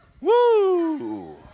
Woo